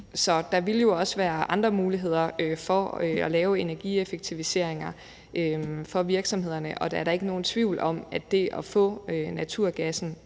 Så der vil jo også være andre muligheder for at lave energieffektiviseringer for virksomhederne, og der er da ikke nogen tvivl om, at det at få naturgassen